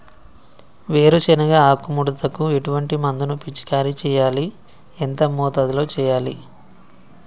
వేరుశెనగ ఆకు ముడతకు ఎటువంటి మందును పిచికారీ చెయ్యాలి? ఎంత మోతాదులో చెయ్యాలి?